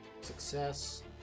Success